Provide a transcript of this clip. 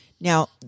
Now